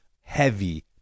Heavy